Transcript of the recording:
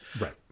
right